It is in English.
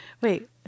Wait